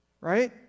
Right